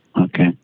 Okay